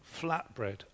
flatbread